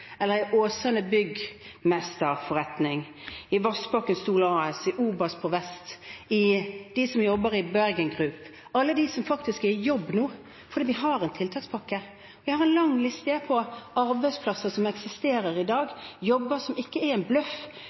i Åsane Byggmesterforretning, i Vassbakk & Stol AS, i OBAS Vest, eller for dem som jobber i Bergen Group, alle de som faktisk er i jobb nå fordi vi har en tiltakspakke. Jeg har en lang liste over arbeidsplasser som eksisterer i dag, jobber som ikke er en bløff,